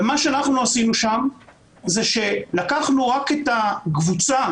מה שעשינו שם זה שלקחנו רק את הקבוצה